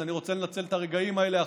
אז אני רוצה לנצל את הרגעים האלה,